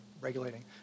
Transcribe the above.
regulating